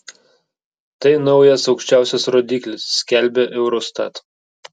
tai naujas aukščiausias rodiklis skelbia eurostat